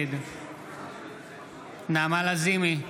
נגד נעמה לזימי,